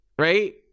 Right